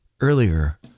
earlier